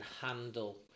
handle